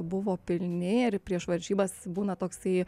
buvo pilni ir prieš varžybas būna tokai